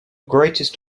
greatest